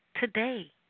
today